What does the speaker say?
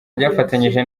ryafatanyije